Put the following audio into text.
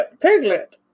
Piglet